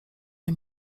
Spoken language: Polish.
nie